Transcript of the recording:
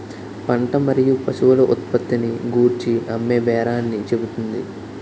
పంట మరియు పశువుల ఉత్పత్తిని గూర్చి అమ్మేబేరాన్ని చెబుతుంది